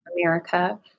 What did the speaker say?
America